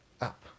up